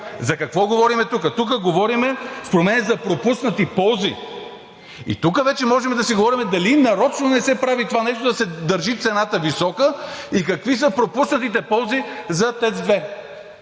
За какво говорим тук?!Тук говорим според мен за пропуснати ползи. И тук вече можем да си говорим дали нарочно не се прави това нещо – да се държи цената висока и какви са пропуснатите ползи за ТЕЦ 2?